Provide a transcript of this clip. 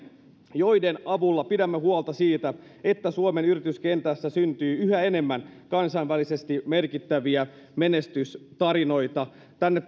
joiden avulla pidämme huolta siitä että suomen yrityskentässä syntyy yhä enemmän kansainvälisesti merkittäviä menestystarinoita tänne